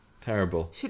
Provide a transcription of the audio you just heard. Terrible